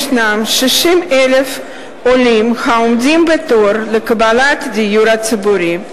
יש 60,000 עולים העומדים בתור לקבלת דיור ציבורי.